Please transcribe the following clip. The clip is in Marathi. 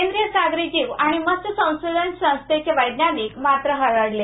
केंद्रिय सागरी जीव आणि मत्स्य संशोधन संस्थेचे वैज्ञानिक मात्र हळहळले